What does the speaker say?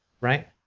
right